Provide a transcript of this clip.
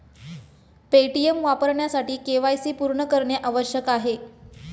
Paytm वापरण्यासाठी KYC पूर्ण करणे आवश्यक आहे